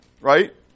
right